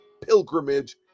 pilgrimage